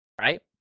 right